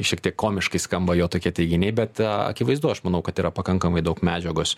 šiek tiek komiškai skamba jo tokie teiginiai bet a akivaizdu aš manau kad yra pakankamai daug medžiagos